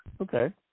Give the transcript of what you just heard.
Okay